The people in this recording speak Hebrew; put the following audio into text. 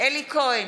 אלי כהן,